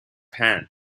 hand